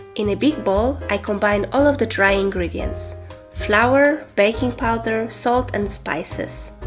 in a big bowl i combine all of the dry ingredients flour, baking powder, salt and spices